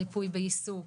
ריפוי בעיסוק,